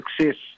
success